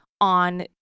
on